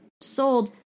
sold